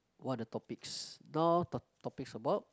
what the topics no to~ topics about